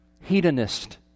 Hedonist